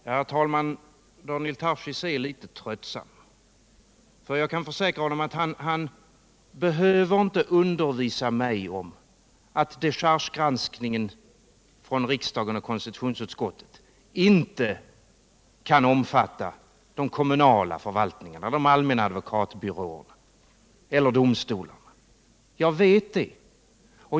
Herr talman! Daniel Tarschys är litet tröttsam. Jag kan försäkra honom att han inte behöver undervisa mig om att dechargegranskningen från riksdagen och konstitutionsutskottet inte kan omfatta de kommunala förvaltningarna, de allmänna advokatbyråerna eller domstolarna. Jag vet det.